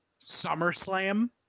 SummerSlam